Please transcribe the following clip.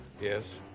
yes